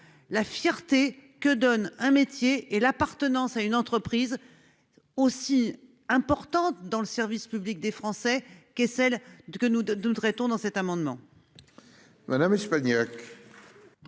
la fierté que donnent un métier et l'appartenance à une entreprise aussi importante dans le service public des Français que celle qui fait l'objet de cet amendement. L'amendement